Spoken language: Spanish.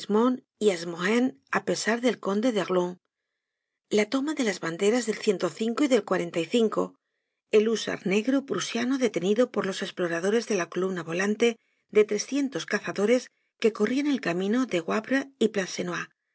á pesar del conde de erlon la toma de las banderas del y del el húsar negro prusiano detenido por los esploradores de la columna volante de trescientos cazadores que corrían el camino entre wavre y